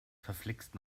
verflixt